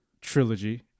trilogy